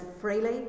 freely